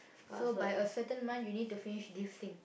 so by a certain month you need to finish this thing